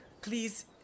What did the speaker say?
Please